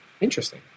Interesting